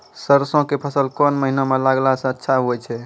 सरसों के फसल कोन महिना म लगैला सऽ अच्छा होय छै?